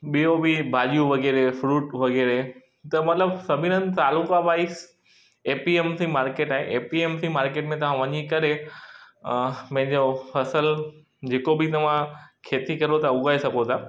ॿियो बि भाॼियूं वग़ैरह फ़्रूट वग़ैरह त मतिलबु सभिनि हंधि तारुख वाइस A P M C market आहे A P M C market में तव्हां वञी करे पंहिंजो फसल जेको बि तव्हां खेती करो था उॻाए सघो था